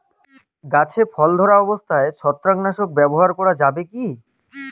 গাছে ফল ধরা অবস্থায় ছত্রাকনাশক ব্যবহার করা যাবে কী?